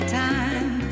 time